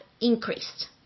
increased